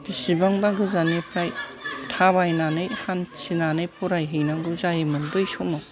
बिसिबांबा गोजाननिफ्राय थाबायनानै हान्थिनानै फरायहैनांगौ जायोमोन बे समाव